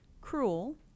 cruel